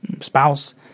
spouse